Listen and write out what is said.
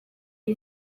iyi